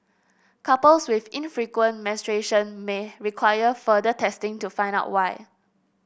couples with infrequent menstruation may require further testing to find out why